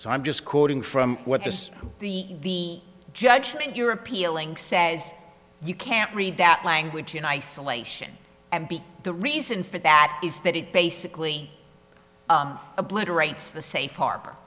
so i'm just quoting from what the the judgment you're appealing says you can't read that language in isolation and be the reason for that is that it basically obliterates the safe harbor